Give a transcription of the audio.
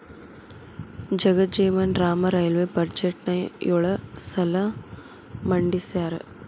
Jagjivan Ram railway ಬಜೆಟ್ನ ಯೊಳ ಸಲ ಮಂಡಿಸ್ಯಾರ